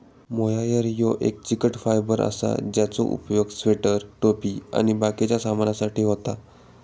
mohair ह्यो एक चिकट फायबर असा ज्याचो उपयोग स्वेटर, टोपी आणि बाकिच्या सामानासाठी होता